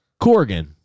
Corgan